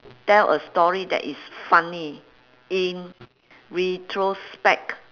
tell a story that is funny in retrospect